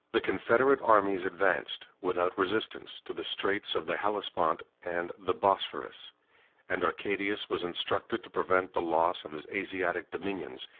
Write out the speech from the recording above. the confederate armies advanced, without resistance, to the straits of the hellespont and the bosphorus and arcadius was instructed to prevent the loss of his asiatic dominions,